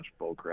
bullcrap